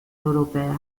europeas